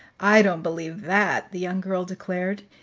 i don't believe that, the young girl declared.